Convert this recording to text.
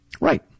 Right